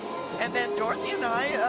and then dorothy and i